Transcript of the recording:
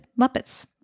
Muppets